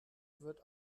wird